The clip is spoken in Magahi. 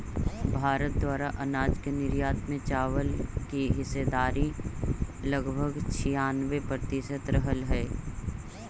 भारत द्वारा अनाज के निर्यात में चावल की हिस्सेदारी लगभग छियानवे प्रतिसत रहलइ हल